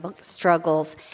struggles